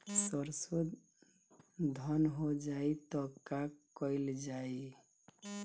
सरसो धन हो जाई त का कयील जाई?